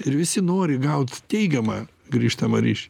ir visi nori gaut teigiamą grįžtamą ryšį